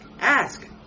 ask